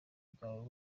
bwawe